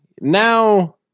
now